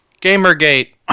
Gamergate